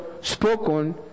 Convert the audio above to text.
spoken